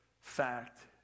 fact